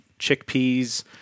chickpeas